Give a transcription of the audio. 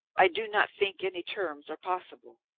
i do not think any terms are possible.